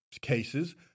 cases